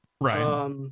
Right